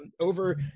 over